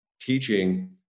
teaching